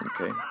Okay